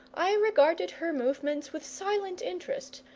i regarded her movements with silent interest,